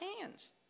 hands